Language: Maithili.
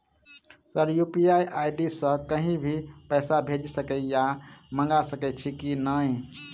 सर यु.पी.आई आई.डी सँ कहि भी पैसा भेजि सकै या मंगा सकै छी की न ई?